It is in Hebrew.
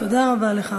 תודה רבה לך.